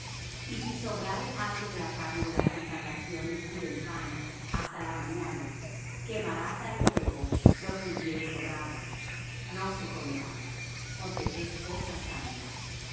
y si sobrare algo de la carne de las consagraciones y del pan hasta la mañana quemarás al fuego lo que hubiere sobrado no se comerá porque es cosa santa